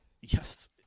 Yes